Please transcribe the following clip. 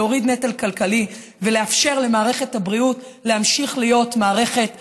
להוריד מהנטל הכלכלי ולאפשר למערכת הבריאות להמשיך להיות מערכת זמינה,